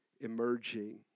emerging